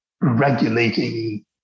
regulating